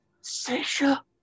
Sasha